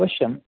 अवश्यं